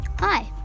Hi